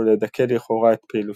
ולדכא לכאורה את פעילותה.